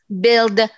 build